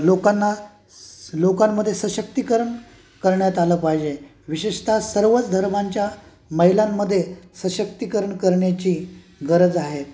लोकांना लोकांमध्ये सशक्तीकरण करण्यात आलं पाहिजे विशेषत सर्वच धर्मांच्या महिलांमध्ये सशक्तीकरण करण्याची गरज आहे